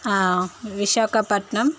Visakhapatnam